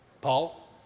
Paul